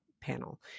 panel